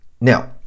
now